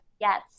Yes